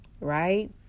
Right